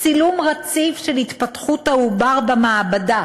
צילום רציף של התפתחות העובר במעבדה,